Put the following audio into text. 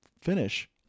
finish